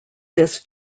this